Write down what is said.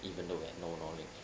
even though we had no knowledge